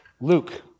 Luke